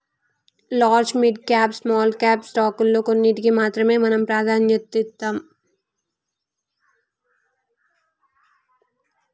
large, mid cap, small cap స్టాకుల్లో కొన్నిటికి మాత్రమే మనం ప్రాధన్యతనిత్తాం